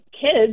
kids